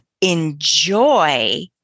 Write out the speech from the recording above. enjoy